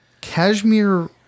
Cashmere